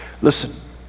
Listen